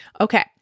Okay